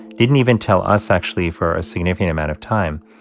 didn't even tell us, actually, for a significant amount of time.